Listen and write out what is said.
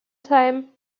time